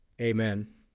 Amen